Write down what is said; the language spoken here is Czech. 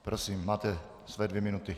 Prosím, máte své dvě minuty.